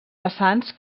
vessants